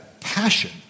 passion